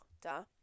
duh